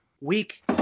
week